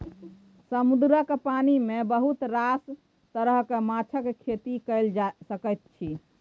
समुद्रक पानि मे बहुत रास तरहक माछक खेती कए सकैत छी